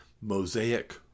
mosaic